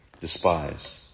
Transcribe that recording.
despise